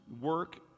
work